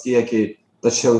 kiekiai tačiau